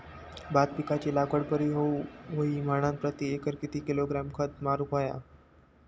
भात पिकाची लागवड बरी होऊक होई म्हणान प्रति एकर किती किलोग्रॅम खत मारुक होया?